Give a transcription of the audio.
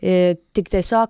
ee tik tiesiog